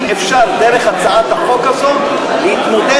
אם אפשר דרך הצעת החוק הזאת להתמודד,